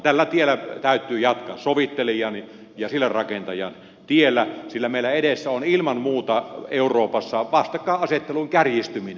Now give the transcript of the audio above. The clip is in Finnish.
tällä tiellä täytyy jatkaa sovittelijan ja sillanrakentajan tiellä sillä meillä on edessä ilman muuta euroopassa vastakkainasettelun kärjistyminen